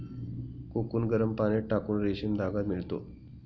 cocoon गरम पाण्यात टाकून रेशीम धागा मिळतो